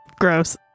Gross